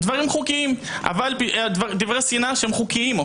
דברים חוקיים, דברי שנאה חוקיים.